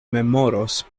memoros